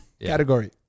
category